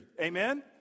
Amen